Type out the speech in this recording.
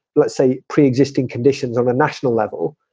let's say, pre-existing conditions on a national level,